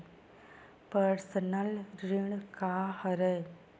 Personal ऋण का हरय?